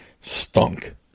stunk